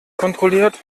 kontrolliert